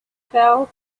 fell